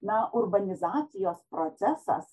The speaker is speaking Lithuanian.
na urbanizacijos procesas